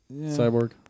Cyborg